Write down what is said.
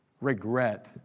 regret